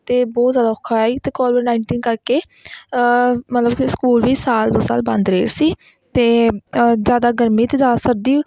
ਤਾਂ ਬਹੁਤ ਜ਼ਿਆਦਾ ਔਖਾ ਹੋਇਆ ਸੀ ਅਤੇ ਕੋਵਿਡ ਨਾਈਨਟੀਨ ਕਰਕੇ ਮਤਲਬ ਕਿ ਸਕੂਲ ਵੀ ਸਾਲ ਦੋ ਸਾਲ ਬੰਦ ਰਹੇ ਸੀ ਅਤੇ ਜ਼ਿਆਦਾ ਗਰਮੀ ਅਤੇ ਜ਼ਿਆਦਾ ਸਰਦੀ